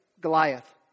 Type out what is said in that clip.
Goliath